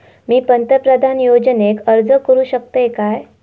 मी पंतप्रधान योजनेक अर्ज करू शकतय काय?